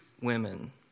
women